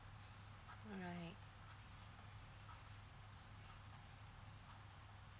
mm right